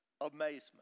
amazement